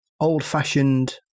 old-fashioned